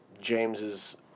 James's